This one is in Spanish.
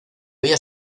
vía